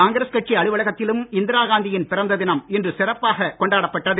காங்கிரஸ் கட்சி அலுவலகத்திலும் இந்திரா காந்தியின் பிறந்த தினம் இன்று சிறப்பாகக் கொண்டாடப் பட்டது